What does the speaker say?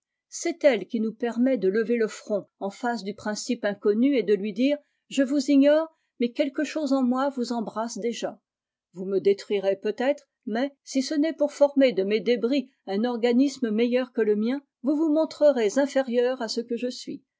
c'est elle qui nous permet de lever le front en face du principe inconnu et de lui dire je vous ignore mais quelque chose en moi vous embrasse déjà vous me détruirez peut-être mais si ce n'est pour former de mes débris un organisme meilleur que le mien vous vous montrerez inférieur à ce que je suis